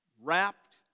wrapped